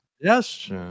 Yes